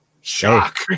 shock